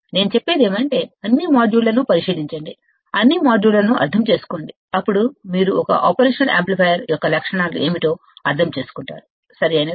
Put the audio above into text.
నేను చెప్పేది ఏమంటే అన్ని మాడ్యూళ్ళను పరిశీలించండి అన్ని మాడ్యూళ్ళను అర్థం చేసుకోండి అప్పుడు మీరు ఒక ఆపరేషనల్ యాంప్లిఫైయర్ యొక్క లక్షణాలు ఏమిటో అర్థం చేసుకుంటారు సరియైనదా